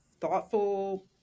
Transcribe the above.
thoughtful